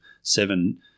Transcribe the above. seven